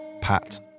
Pat